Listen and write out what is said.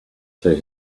see